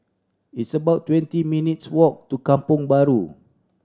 it's about twenty minutes' walk to Kampong Bahru